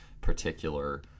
particular